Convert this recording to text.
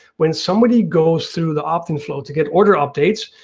when somebody goes through the opt in flow to get order updates,